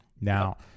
Now